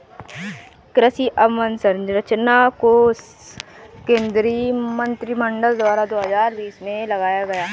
कृषि अंवसरचना कोश केंद्रीय मंत्रिमंडल द्वारा दो हजार बीस में लाया गया